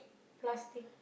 plastic